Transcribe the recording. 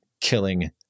killing